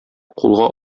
кулга